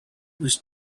was